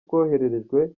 twohererejwe